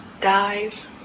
dies